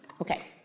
Okay